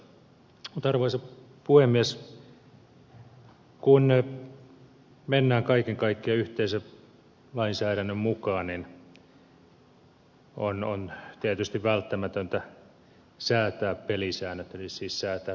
mutta arvoisa puhemies kun mennään kaiken kaikkiaan yhteisölainsäädännön mukaan niin on tietysti välttämätöntä säätää pelisäännöt eli siis säätää pelisäännöt gmo tuotannolle